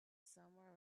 somewhere